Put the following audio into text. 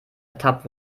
ertappt